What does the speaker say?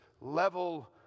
level